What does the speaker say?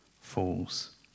falls